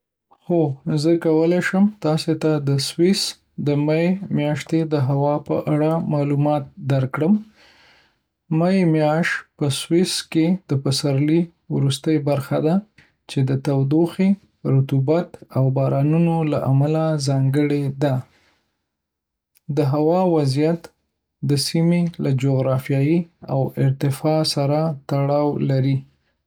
هو، زه کولی شم تاسو ته د سویس د می میاشتې د هوا په اړه معلومات درکړم. می میاشت په سویس کې د پسرلي وروستۍ برخه ده، چې د تودوخې، رطوبت، او بارانونو له امله ځانګړې ده. د هوا وضعیت د سیمې له جغرافیې او ارتفاع سره تړاو لري.